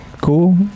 cool